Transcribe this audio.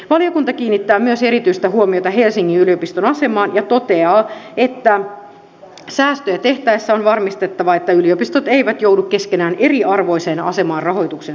valiokunta kiinnittää myös erityistä huomiota helsingin yliopiston asemaan ja toteaa että säästöjä tehtäessä on varmistettava että yliopistot eivät joudu keskenään eriarvoiseen asemaan rahoituksen suhteen